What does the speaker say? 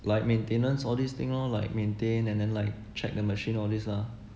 like maintenance all this thing lor like maintain and then like check the machine all this ah